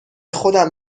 خودم